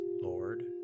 Lord